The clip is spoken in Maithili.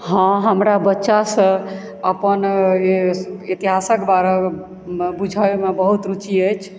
हँ हमरा बच्चासँ अपन इतिहासक बारेमे बुझएमे बहुत रूचि अछि